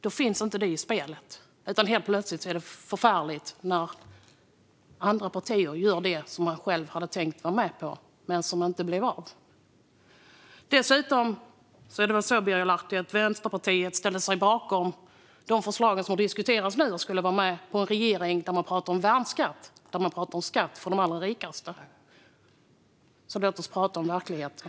Då finns inte detta i spelet längre, och helt plötsligt är det förfärligt att andra partier gör det som man själv hade tänkt vara med på men som inte blev av. Dessutom är det väl så, Birger Lahti, att Vänsterpartiet ställer sig bakom de förslag som diskuteras nu och skulle gå med på en regering som talar om värnskatt, alltså skatt för de allra rikaste. Låt oss prata om verkligheten!